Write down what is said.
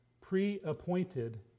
pre-appointed